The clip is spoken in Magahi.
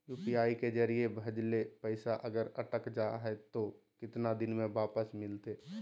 यू.पी.आई के जरिए भजेल पैसा अगर अटक जा है तो कितना दिन में वापस मिलते?